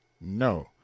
No